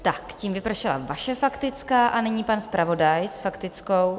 Tak tím vypršela vaše faktická a nyní pan zpravodaj faktickou.